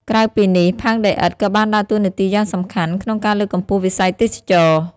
ក្រៅពីនេះ ផើងដីឥដ្ឋក៏បានដើរតួនាទីយ៉ាងសំខាន់ក្នុង ការលើកកម្ពស់វិស័យទេសចរណ៍។